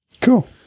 Cool